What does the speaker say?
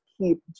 keep